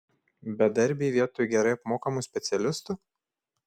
bedarbiai vietoj gerai apmokamų specialistų